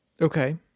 Okay